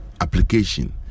application